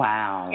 Wow